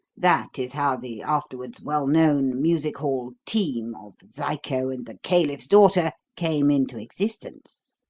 that is how the afterwards well-known music-hall team of zyco and the caliph's daughter came into existence.